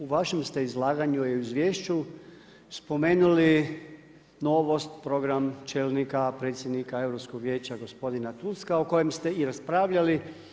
U vašem ste izlaganju i izvješću spomenuli novost program čelnika predsjednika Europskog vijeća gospodina Tuska, o kojem ste i raspravljali.